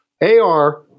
AR